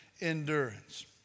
endurance